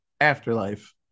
afterlife